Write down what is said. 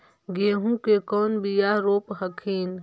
गेहूं के कौन बियाह रोप हखिन?